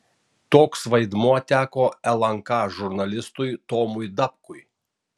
toks vaidmuo teko lnk žurnalistui tomui dapkui